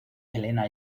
elena